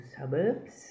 suburbs